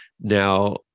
Now